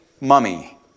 mummy